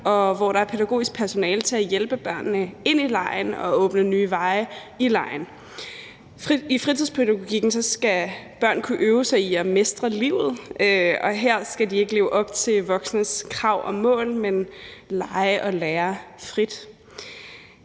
hvor der er pædagogisk personale til at hjælpe børnene ind i legen og åbne nye veje i legen. I fritidspædagogikken skal børn kunne øve sig i at mestre livet, og her skal de ikke leve op til voksnes krav om mål, men lege og lære frit.